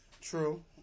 True